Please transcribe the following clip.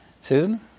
Susan